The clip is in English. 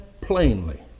plainly